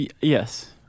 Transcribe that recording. yes